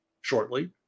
shortly